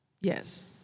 yes